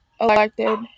elected